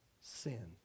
sin